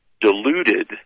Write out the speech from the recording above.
diluted